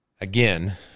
Again